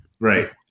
Right